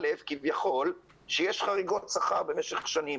א', כביכול יש חריגות שכר במשך שנים.